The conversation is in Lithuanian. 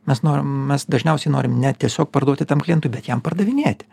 mes norim mes dažniausiai norim ne tiesiog parduoti tam klientui bet jam pardavinėti